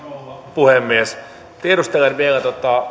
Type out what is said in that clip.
puhemies tiedustelen vielä